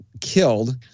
killed